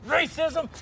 Racism